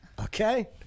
okay